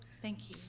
thank you.